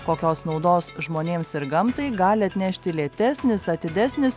kokios naudos žmonėms ir gamtai gali atnešti lėtesnis atidesnis